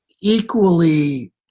equally